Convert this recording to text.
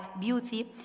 beauty